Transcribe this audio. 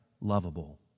lovable